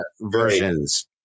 versions